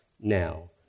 now